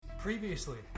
Previously